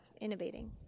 innovating